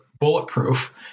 bulletproof